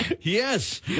Yes